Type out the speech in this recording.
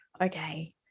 okay